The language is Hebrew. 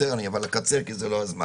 אבל אני אקצר כי זה לא הזמן,